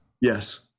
Yes